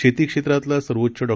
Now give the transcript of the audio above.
शेती क्षेत्रातील सर्वोच्च डॉ